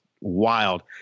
wild